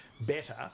better